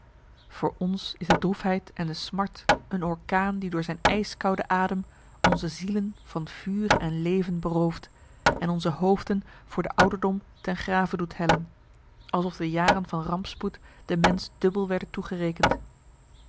voor ons is de droefheid en de smart een orkaan die door zijn ijskoude adem onze zielen van vuur en leven berooft en onze hoofden voor de ouderdom ten grave doet hellen alsof de jaren van rampspoed de mens dubbel werden toegerekend